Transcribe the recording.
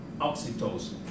oxytocin